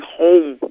home